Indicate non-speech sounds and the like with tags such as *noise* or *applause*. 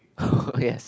*laughs* yes